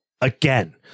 again